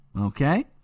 okay